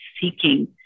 seeking